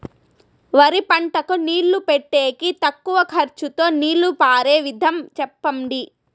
వరి పంటకు నీళ్లు పెట్టేకి తక్కువ ఖర్చుతో నీళ్లు పారే విధం చెప్పండి?